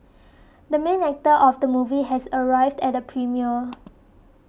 the main actor of the movie has arrived at the premiere